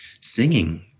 singing